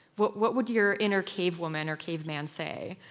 what what would your inner cave woman or cave man say?